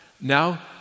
now